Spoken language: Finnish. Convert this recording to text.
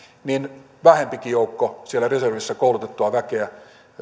vähempikin joukko siellä reservissä koulutettua väkeä